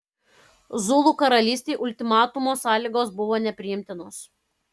zulų karalystei ultimatumo sąlygos buvo nepriimtinos